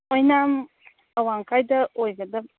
ꯑꯣꯏꯅꯥꯝ ꯑꯋꯥꯡꯀꯥꯏꯗ ꯑꯣꯏꯒꯗꯕ